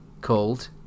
called